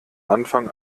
anfang